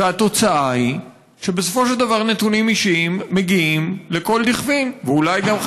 והתוצאה היא שבסופו של דבר נתונים אישיים מגיעים לכל דכפין ואולי גם,